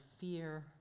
fear